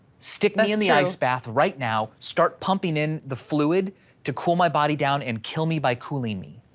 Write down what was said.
stick me in the ice bath right now start pumping in the fluid to cool my body down and kill me by cooling me.